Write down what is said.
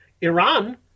Iran